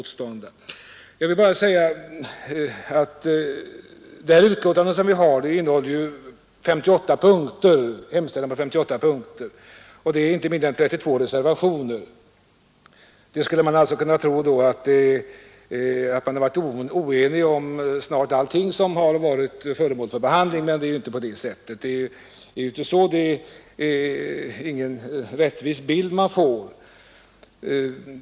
Till civilutskottets betänkande med en hemställan i 58 punkter har det lagts inte mindre än 32 reservationer. Man skulle därför kunna tro att det råder oenighet om snart sagt allting som varit föremål för behandling, men det är inte en rättvisande bild.